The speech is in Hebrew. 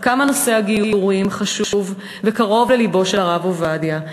כמה היה נושא הגיורים חשוב וקרוב ללבו של הרב עובדיה.